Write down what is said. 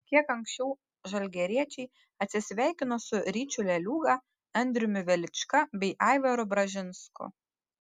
kiek anksčiau žalgiriečiai atsisveikino su ryčiu leliūga andriumi velička bei aivaru bražinsku